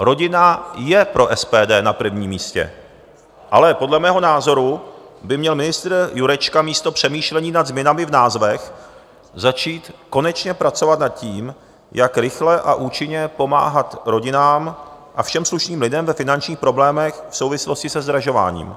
Rodina je pro SPD na prvním místě, ale podle mého názoru by měl ministr Jurečka místo přemýšlení nad změnami v názvech začít konečně pracovat nad tím, jak rychle a účinně pomáhat rodinám a všem slušným lidem ve finančních problémech v souvislosti se zdražováním.